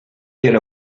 get